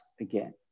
again